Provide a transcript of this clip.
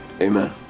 Amen